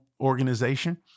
organization